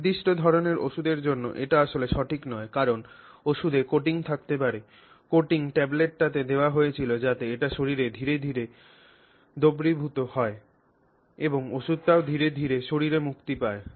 নির্দিষ্ট ধরণের ওষুধের জন্য এটি আসলে সঠিক নয় কারণ ওষুধে coating থাকতে পারে coating ট্যাবলেটটিতে দেওয়া হয়েছিল যাতে এটি শরীরে ধীরে ধীরে দ্রবীভূত হয় এবং ওষধটিও ধীরে ধীরে শরীরে মুক্তি পায়